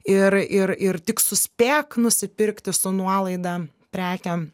ir ir ir tik suspėk nusipirkti su nuolaida prekę